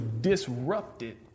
disrupted